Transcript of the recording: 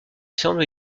semble